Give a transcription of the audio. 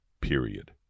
period